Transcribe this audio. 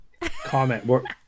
Comment